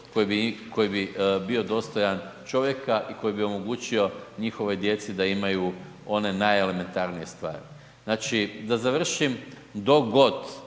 koji bi bio dostojan čovjeka i koji bi omogućio njihovoj djeci da imaju one najelementarnije stvari. Znači, da završim. Dok god